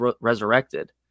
resurrected